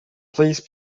please